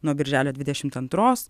nuo birželio dvidešimt antros